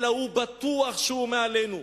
אלא הוא בטוח שהוא מעלינו.